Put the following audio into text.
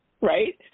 right